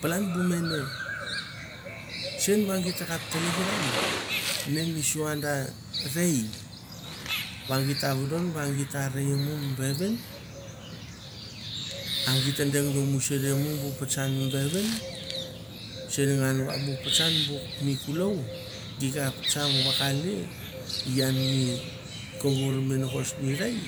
Palan bu mene sen va git takap tlekeran ne mi sua da rei va git ta vodon va gi ta rei momi vevin a git a deng vamusuria mo bu patsan mi vevin sen ngan va bu patsan mi bu kulou gi kap tsang vakale ian mi ke gor minagos ni rei